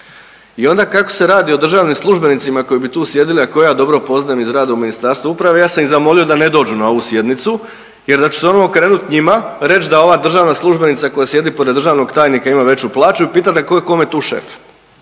i onda kako se radi o državnim službenicima koji bi tu sjedili, a koje ja dobro poznajem iz rada u Ministarstva uprave, ja sam ih zamolio da ne dođu na ovu sjednicu jer da će se oni okrenut njima, reć da ova državna službenica koja sjedi pored državnog tajnika ima veću plaću i pitat da ko je kome tu šef